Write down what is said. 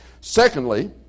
Secondly